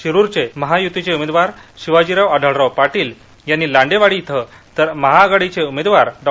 शिरुरचे महायूतीचे उमेदवार शिवाजीराव अढळराव पाटील यांनी लांडेवाडी तर महाआघाडीचे उमेदवार डॉ